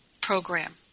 program